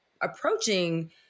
approaching